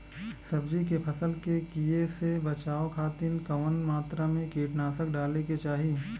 सब्जी के फसल के कियेसे बचाव खातिन कवन मात्रा में कीटनाशक डाले के चाही?